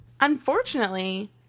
unfortunately